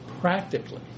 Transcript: practically